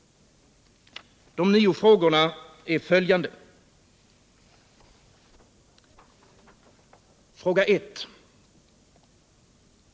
De nio delfrågorna är följande: 1.